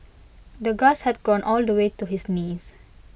the grass had grown all the way to his knees